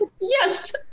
yes